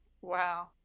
Wow